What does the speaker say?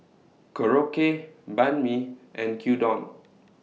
Korokke Banh MI and Gyudon